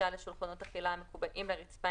אנחנו מדברים על זה שכל המשק נמצא באיזשהו צמצום.